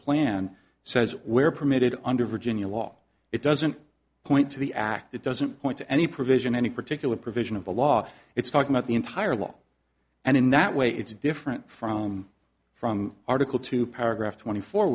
plan says where permitted under virginia law it doesn't point to the act it doesn't point to any provision any particular provision of the law it's talking about the entire law and in that way it's different from from article two paragraph twenty four